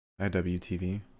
IWTV